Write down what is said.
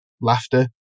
laughter